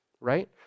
right